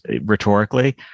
rhetorically